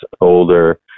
older